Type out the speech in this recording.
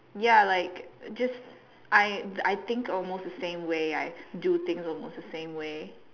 ya like just I I think almost the same way I do things almost the same way